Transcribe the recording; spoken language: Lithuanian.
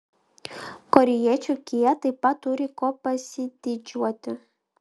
korėjiečių kia taip pat turi kuo pasididžiuoti